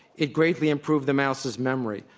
it greatly improved the mouse's memory.